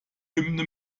hymne